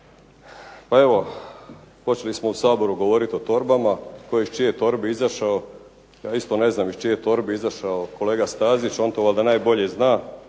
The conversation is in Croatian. Pa evo, počeli smo u Saboru govoriti o torbama tko je iz čije torbe izašao. Ja isto ne znam iz čije je torbe izašao kolega Stazić. On to valjda najbolje zna